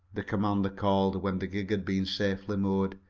the commander called, when the gig had been safely moored.